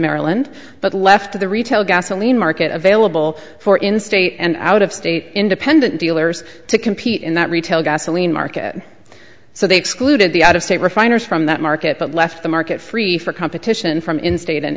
maryland but left the retail gasoline market available for in state and out of state independent dealers to compete in that retail gasoline market so they excluded the out of state refiners from that market but left the market free for competition from in state and